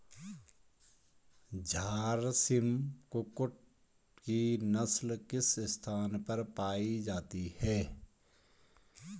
झारसिम कुक्कुट की नस्ल किस स्थान पर पाई जाती है?